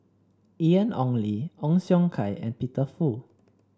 Ian Ong Li Ong Siong Kai and Peter Fu